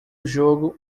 jogo